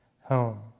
home